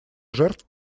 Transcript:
жертв